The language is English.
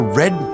red